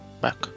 back